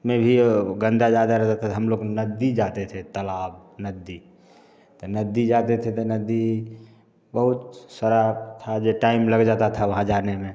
में भी ओ गंदा ज़्यादा रहता था हम लोग नदी जाते थे तलाब नदी तो नदी जाते थे तो नदी बहुत सारा था जे टाइम लग जाता था वहाँ जाने में